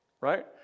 right